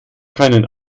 keinen